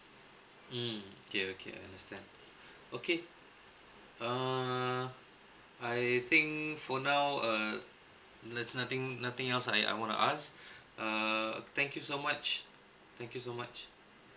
mm okay okay I understand okay err I think for now uh there's nothing nothing else I I want to ask err thank you so much thank you so much